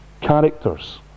characters